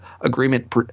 agreement